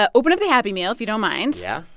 ah open up the happy meal, if you don't mind yeah,